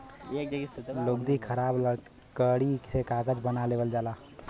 लुगदी खराब लकड़ी से कागज बना लेवल जाला